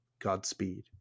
Godspeed